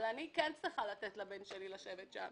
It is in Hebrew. אבל אני כן צריכה לתת לבן שלי לשבת שם.